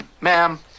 Ma'am